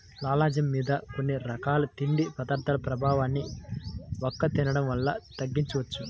లాలాజలం మీద కొన్ని రకాల తిండి పదార్థాల ప్రభావాన్ని వక్క తినడం వల్ల తగ్గించవచ్చు